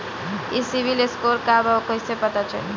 ई CIBIL score का बा कइसे पता चली?